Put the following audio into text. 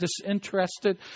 disinterested